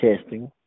testing